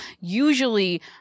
usually